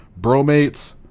Bromates